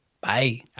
Bye